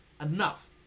Enough